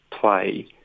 play